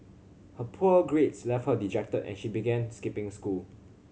her poor grades left her dejected and she began skipping school